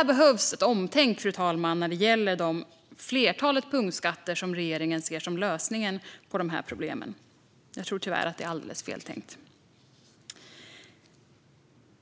Det behövs ett omtänk när det gäller flertalet punktskatter som regeringen ser som lösningen på dessa problem. Jag tror tyvärr att regeringen tänker alldeles fel.